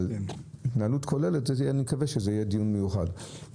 אבל להתנהלות כוללת אני מקווה שיהיה דיון מיוחד.